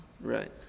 Right